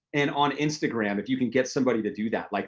and on instagram, if you can get somebody to do that. like